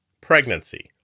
pregnancy